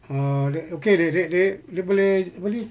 ah di~ okay dik dik dik dia boleh apa ni